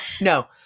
No